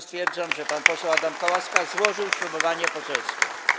Stwierdzam, że pan poseł Adam Kałaska złożył ślubowanie poselskie.